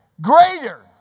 greater